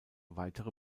weitere